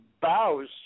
bows